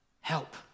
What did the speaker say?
help